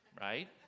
right